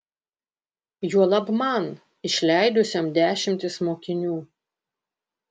juolab man išleidusiam dešimtis mokinių